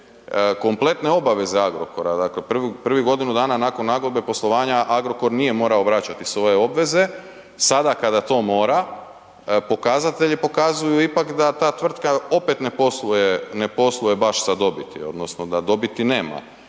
kompletne obaveze Agrokora, dakle prvih godinu dana nakon nagodbe poslovanja Agrokor nije morao vraćati svoje obveze, sada kada to mora, pokazatelji pokazuju ipak da ta tvrtka opet ne posluje, ne posluje baš sa dobiti odnosno da dobiti nema